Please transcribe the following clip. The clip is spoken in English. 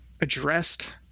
addressed